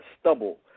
stubble